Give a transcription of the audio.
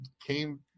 came